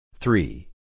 three